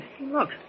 Look